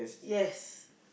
yes